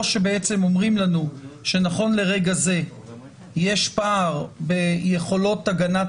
או שאומרים לנו נכון לרגע זה שיש פער ביכולות הגנת